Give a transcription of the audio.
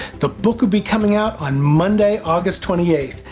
the book will be coming out on monday, august twenty eighth.